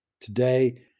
Today